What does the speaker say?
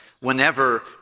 whenever